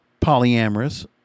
polyamorous